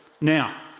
Now